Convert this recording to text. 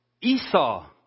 Esau